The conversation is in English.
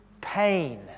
pain